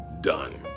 done